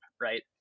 Right